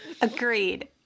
Agreed